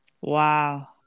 Wow